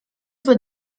for